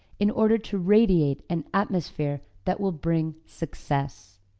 in order to radiate an atmosphere that will bring success.